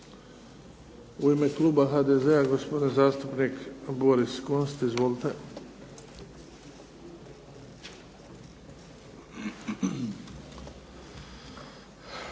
U ime kluba HDZ-a gospodin zastupnik Boris Kunst, izvolite.